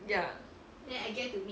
ya